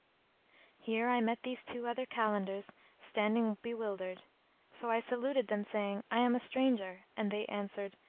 here i met these two other kalandars standing bewildered so i saluted them saying, i am a stranger! and they answered,